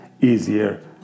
easier